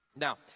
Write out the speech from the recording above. Now